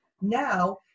Now